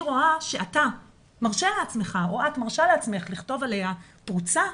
רואה שאתה או את מרשים לעצמכם לכתוב עליה "פרוצה",